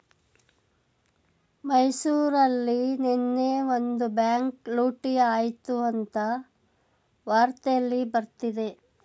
ಮೈಸೂರಲ್ಲಿ ನೆನ್ನೆ ಒಂದು ಬ್ಯಾಂಕ್ ಲೂಟಿ ಆಯ್ತು ಅಂತ ವಾರ್ತೆಲ್ಲಿ ಬರ್ತಿದೆ